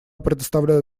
предоставляю